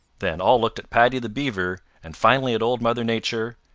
then all looked at paddy the beaver and finally at old mother nature,